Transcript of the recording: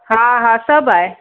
हा हा सभु आहे